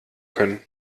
können